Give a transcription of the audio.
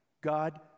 God